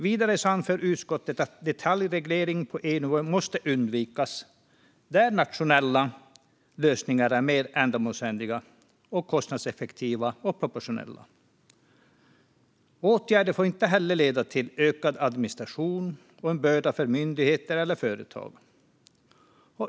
Vidare anför utskottet att detaljreglering på EU-nivå måste undvikas där nationella lösningar är mer ändamålsenliga, kostnadseffektiva och proportionella. Åtgärder får inte heller leda till ökad administration eller till en börda för myndigheter eller företag.